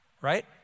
Right